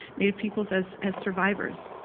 native peoples as as survivors.